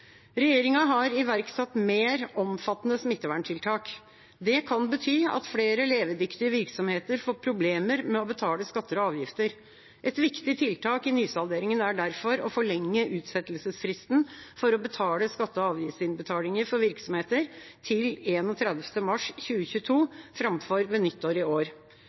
Regjeringa har iverksatt mer omfattende smitteverntiltak. Det kan bety at flere levedyktige virksomheter får problemer med å betale skatter og avgifter. Et viktig tiltak i nysalderingen er derfor å forlenge utsettelsesfristen for skatte- og avgiftsinnbetalinger for virksomheter til 31. mars 2022 framfor ved nyttår i år.